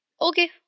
Okay